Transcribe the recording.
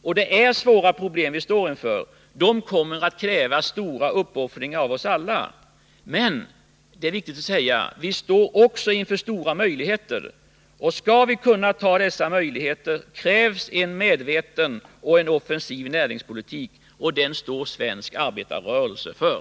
Och det är verkligen svåra problem vi står inför. Det kommer att krävas stora uppoffringar av oss alla. Men det är viktigt att säga att vi också står inför stora möjligheter. Skall vi kunna ta till vara dessa möjligheter krävs en medveten och offensiv näringspolitik, och den står svensk arbetarrörelse för.